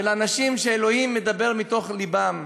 של אנשים שאלוהים מדבר מתוך לבם,